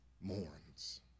mourns